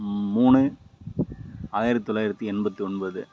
மூணு ஆயிரத்து தொள்ளாயிரத்தி எண்பத்தி ஒன்பது